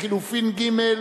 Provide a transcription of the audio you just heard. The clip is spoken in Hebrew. לחלופין ג'.